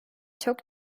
çok